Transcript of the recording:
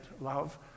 love